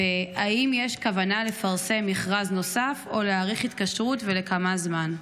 2. האם יש כוונה לפרסם מכרז נוסף או להאריך התקשרות ולכמה זמן?